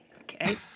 Okay